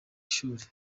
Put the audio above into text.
shuli